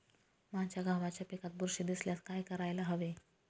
माझ्या गव्हाच्या पिकात बुरशी दिसल्यास काय करायला हवे?